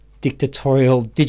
dictatorial